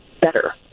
better